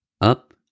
Up